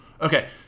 Okay